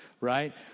right